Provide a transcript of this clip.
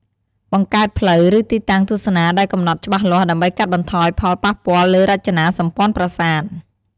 បង្កើតផ្លូវ ឬទីតាំងទស្សនាដែលកំណត់ច្បាស់លាស់ ដើម្បីកាត់បន្ថយផលប៉ះពាល់លើរចនាសម្ព័ន្ធប្រាសាទ។